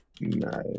Nice